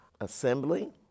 assembly